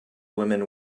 women